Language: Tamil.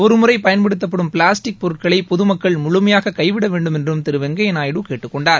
ஒருமுறைப் பயன்படுத்தப்படும் பிளாஸ்டிக் பொருட்களை பொதுமக்கள் முழுமையாக கைவிட வேண்டுமென்று திரு வெங்கையா நாயுடு கேட்டுக் கொண்டார்